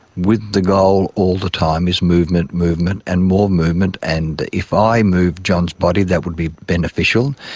with the goal all the time is movement, movement, and more movement. and if i move john's body, that would be beneficial.